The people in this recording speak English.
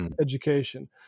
education